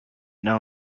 now